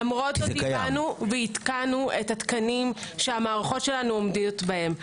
למרות זאת עדכנו את התקנים שהמערכות שלנו עומדות בהם.